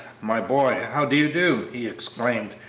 my boy, how do you do? he exclaimed,